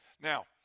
Now